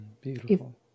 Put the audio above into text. Beautiful